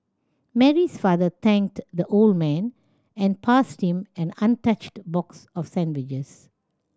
Mary's father thanked the old man and passed him an untouched box of sandwiches